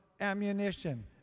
ammunition